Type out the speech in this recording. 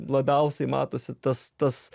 labiausiai matosi tas tas